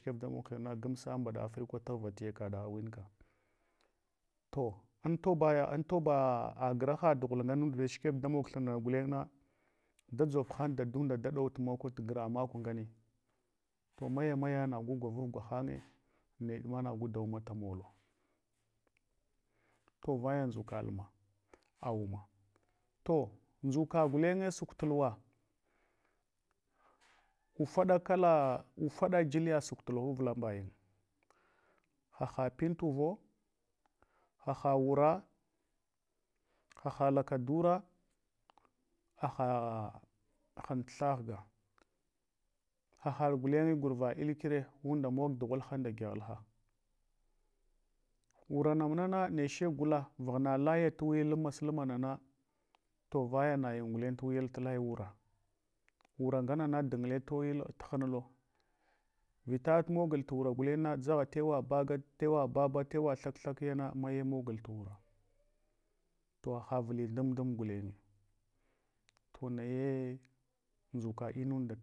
Damwa thinana gamsa ambaɗa afirkwa taghva hya kaɗa awinka. To antobaya antoba a graha duhul ngulenla dashikeb da mog thine gulena da dʒov han dadunda ɗawu tumak gra maku ngare. To maya maya nagu gwavuv giva hange neɗma nagu da ummata molo. To vaya ndʒuka luma a umma. To ndʒuka gulenye suk tuluwa vfaɗa kala kfaɗa juliya suk tuhuwa avlan mbayin, haha pin tuvo, haha wura, haha lakadura, haha han tuthaghya, haɗ gulen gurva, ilkire, unda mog dughalha nda gyaghalha. Wurang muna na neche gula, vaghna layu tuwaya lan masalmana na, to vaya nayin guleng tuwoyal tuyal wura. Wura nganana dungle tuhnulo, vitatu mogul wura gulengna dʒagha tewa baga lewa baba, tana thak thak yana maye mogul tu wura. To ha vathi thum thum gulenye to naye ndʒuka inunda.